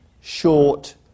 short